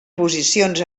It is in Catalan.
posicions